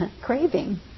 craving